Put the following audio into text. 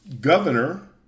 governor